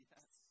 Yes